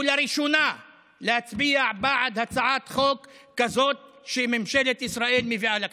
ולראשונה להצביע בעד הצעת חוק כזאת שממשלת ישראל מביאה לכנסת.